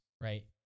right